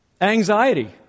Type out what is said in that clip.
Anxiety